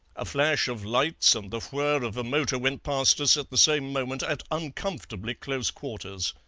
a flash of lights and the whir of a motor went past us at the same moment at uncomfortably close quarters.